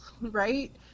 right